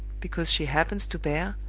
because she happens to bear,